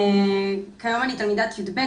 כיום אני תלמידת יב',